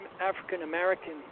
African-American –